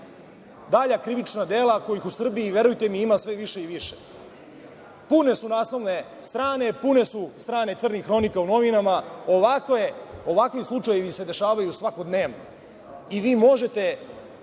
dalja krivična dela kojih u Srbiji, verujte mi, ima sve više i više. Pune su naslovne strane, pune su strane crnih hronika u novinama. Ovakvi slučajevi se dešavaju svakodnevno i vi možete